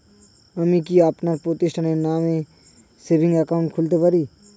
আমি কি আমার প্রতিষ্ঠানের নামে সেভিংস একাউন্ট খুলতে পারি?